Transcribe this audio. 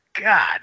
God